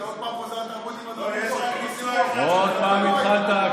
אתה עוד פעם פותח תרבות --- עוד פעם התחלת.